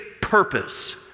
purpose